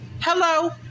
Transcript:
Hello